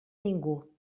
ningú